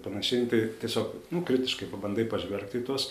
panašiai tai tiesiog kritiškai pabandai pažvelgti į tuos